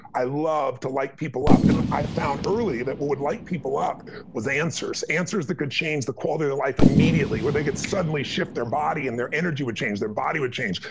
i love to light people up, and i found early that would light people up was answers, answers that could change the quality of life immediately, where they could suddenly shift their body, and their energy would change. their body would change.